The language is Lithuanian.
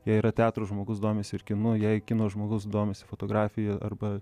jei yra teatro žmogus domisi ir kinu jei kino žmogus domisi fotografija arba